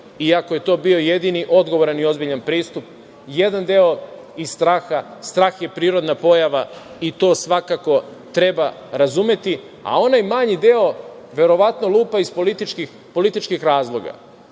iako je to bio jedini odgovoran i ozbiljan pristupa, jedan deo iz straha, a strah je prirodna pojava i to svakako treba razumeti. A onaj manji deo, verovatno lupa iz političkih razloga.